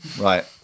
Right